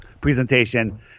presentation